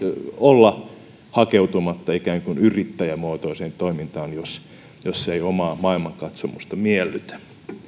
olla hakeutumatta ikään kuin yrittäjämuotoiseen toimintaan jos jos se ei omaa maailmankatsomusta miellytä